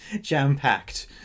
jam-packed